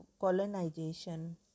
colonization